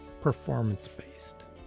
performance-based